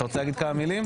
אתה רוצה להגיד כמה מילים?